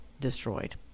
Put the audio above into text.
destroyed